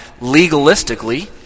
legalistically